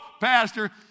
Pastor